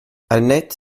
annette